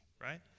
right